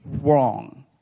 wrong